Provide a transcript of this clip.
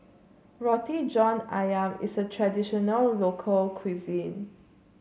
Roti John ayam is a traditional local cuisine